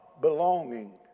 belonging